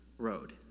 road